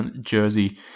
jersey